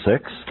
six